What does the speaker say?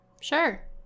Sure